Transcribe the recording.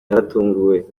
naratunguwe